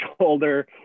shoulder